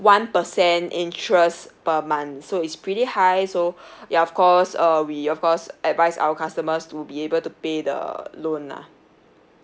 one percent interest per month so it's pretty high so ya of course uh we of course advise our customers to be able to pay the loan lah